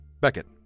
Beckett